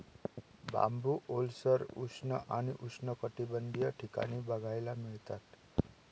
बांबू ओलसर, उष्ण आणि उष्णकटिबंधीय ठिकाणी बघायला मिळतात